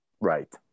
right